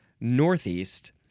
Northeast